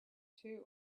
two